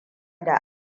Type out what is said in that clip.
da